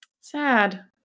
Sad